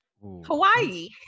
Hawaii